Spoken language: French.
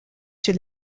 sur